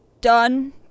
done